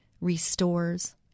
restores